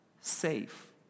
safe